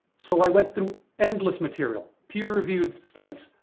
so i went through endless material. peer-reviewed studies,